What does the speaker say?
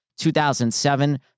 2007